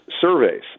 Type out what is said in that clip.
surveys